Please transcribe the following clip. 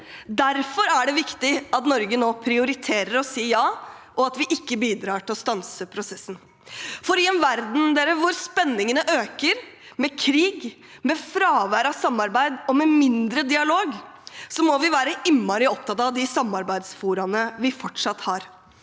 Derfor er det viktig at Norge nå prioriterer å si ja, og at vi ikke bidrar til å stanse prosessen. I en verden hvor spenningene øker, med krig, fravær av samarbeid og mindre dialog, må vi være innmari opptatt av de samarbeidsforaene vi fortsatt har.